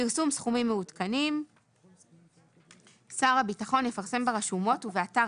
פרסום סכומים מעודכנים 51. שר הביטחון יפרסם ברשומות ובאתר